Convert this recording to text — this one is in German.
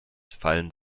fallen